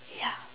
ya